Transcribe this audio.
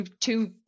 two